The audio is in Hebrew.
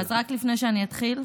אז רק לפני שאני אתחיל,